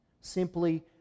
Simply